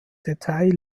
detail